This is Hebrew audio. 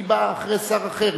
היא באה אחרי שר אחר,